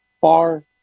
Far